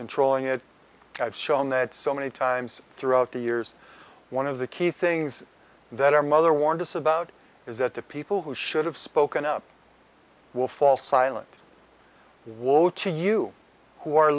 controlling it have shown that so many times throughout the years one of the key things that our mother warned us about is that the people who should have spoken up will fall silent whoa to you who